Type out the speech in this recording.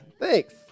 thanks